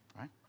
Right